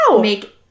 make